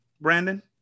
Brandon